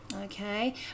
okay